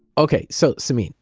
okay. so, samin,